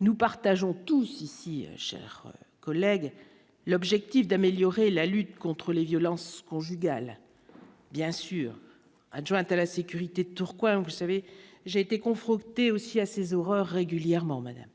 Nous partageons tous, ici, chers collègues, l'objectif d'améliorer la lutte contre les violences conjugales, bien sûr, adjointe à la sécurité, Tourcoing, vous savez, j'ai été confronté aussi à ces horreurs régulièrement Madame